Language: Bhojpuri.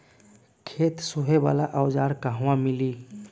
खेत सोहे वाला औज़ार कहवा मिली?